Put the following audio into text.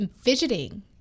fidgeting